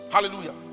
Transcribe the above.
hallelujah